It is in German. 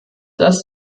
dass